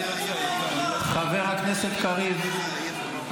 חבר הכנסת קריב,